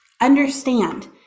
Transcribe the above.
Understand